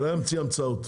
שלא ימציא המצאות.